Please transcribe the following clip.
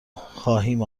خواهیم